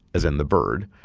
as in the bird,